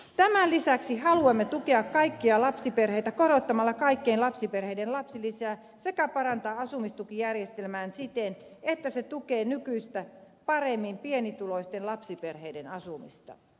tämän lisäksi haluamme tukea kaikkia lapsiperheitä korottamalla kaikkien lapsiperheiden lapsilisää sekä parantaa asumistukijärjestelmää siten että se tukee nykyistä paremmin pienituloisten lapsiperheiden asumista